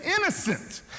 innocent